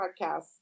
podcast